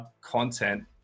content